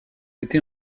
été